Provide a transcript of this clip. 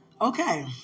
Okay